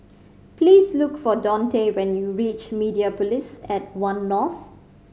please look for Donte when you reach Mediapolis at One North